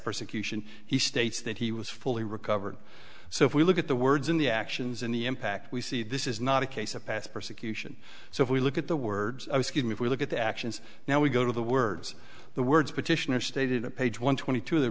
persecution he states that he was fully recovered so if we look at the words in the actions in the impact we see this is not a case of past persecution so if we look at the words if we look at the actions now we go to the words the words petition or stated a page one twenty two